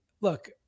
look